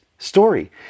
story